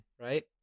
right